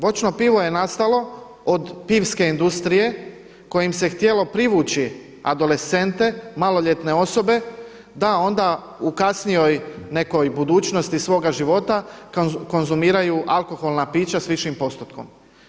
Voćno pivo je nastalo od pivske industrije kojim se htjelo privući adolescente, maloljetne osobe da onda u kasnijoj nekoj budućnosti svoga života konzumiraju alkoholna pića s višim postotkom.